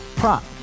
prop